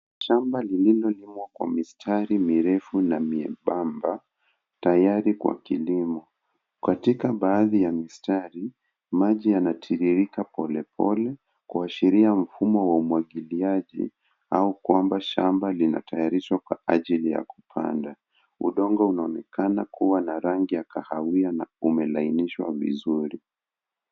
Shamba lililolimwa kwa mistari mirefu na miembamba tayari kwa kilimo. Katika baadhi ya mistari, maji yanatiririka polepole kuashiria mfumo wa umwagiliaji au kwamba shamba linatayarishwa kwa ajili ya kupanda. Udongo unaonekana kuwa na rangi ya kahawia na umelainishwa vizuri